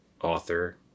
author